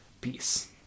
Peace